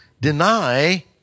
deny